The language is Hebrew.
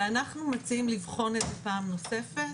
אנחנו מציעים לבחון את זה פעם נוספת